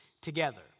together